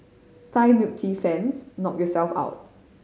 Thai milk tea fans knock yourselves out